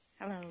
Hello